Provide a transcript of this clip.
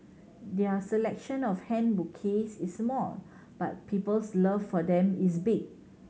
their selection of hand bouquets is small but people's love for them is big